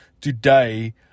today